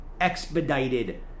expedited